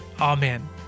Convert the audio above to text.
Amen